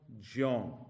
John